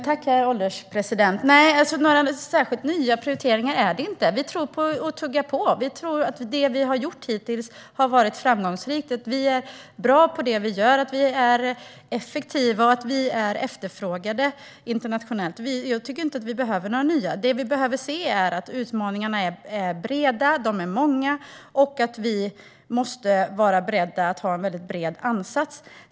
Herr ålderspresident! Nej, några särskilt nya prioriteringar är det inte. Vi tuggar på och tror att det vi har gjort hittills har varit framgångsrikt, att vi är bra på det vi gör, att vi är effektiva och att vi är efterfrågade internationellt. Jag tycker inte att vi behöver några nya prioriteringar. Utmaningarna är breda och många, och vi måste vara beredda att ha en bred ansats.